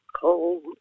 cold